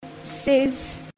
says